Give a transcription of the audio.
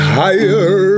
higher